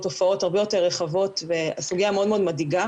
תופעות הרבה יותר רחבות והסוגיה מאוד מאוד מדאיגה.